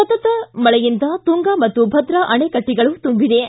ಸತತ ಮಳೆಯಿಂದ ತುಂಗಾ ಹಾಗೂ ಭದ್ರಾ ಅಡೆಕಟ್ಟಿಗಳು ತುಂಬಿವೆ